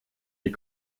die